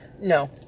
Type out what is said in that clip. No